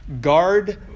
guard